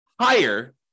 higher